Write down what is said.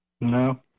No